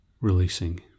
releasing